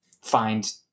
find